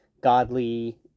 godly